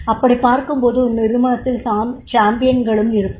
அப்படிப் பார்க்கும்போது ஒரு நிறுவனத்தில் சாம்பியங்களும் இருப்பர்